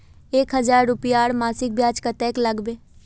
एक हजार रूपयार मासिक ब्याज कतेक लागबे?